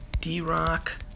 D-Rock